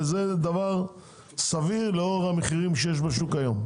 וזה דבר סביר לאור המחירים שיש בשוק היום.